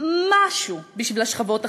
משהו בשביל השכבות החלשות.